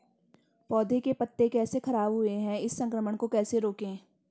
पौधों के पत्ते कैसे खराब हुए हैं इस संक्रमण को कैसे रोकें?